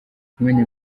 umwanya